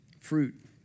fruit